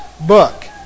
book